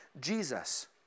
Jesus